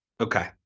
Okay